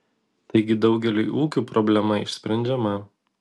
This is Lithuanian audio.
taigi daugeliui ūkių problema išsprendžiama